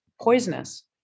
poisonous